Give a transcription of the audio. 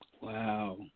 Wow